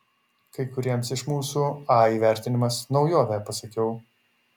kai kuriems iš mūsų a įvertinimas naujovė pasakiau